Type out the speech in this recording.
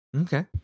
Okay